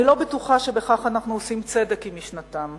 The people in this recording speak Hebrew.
אני לא בטוחה שבכך אנחנו עושים צדק עם משנתם.